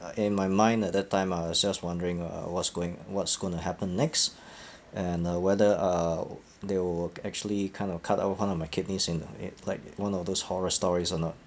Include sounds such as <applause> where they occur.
in my mind at that time I was just wondering uh what's going what's going to happen next <breath> and uh whether uh they will actually kind of cut out one of my kidneys in uh it like one of those horror stories or not